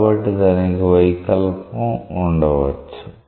కాబట్టి దానికి వైకల్పం ఉండవచ్చు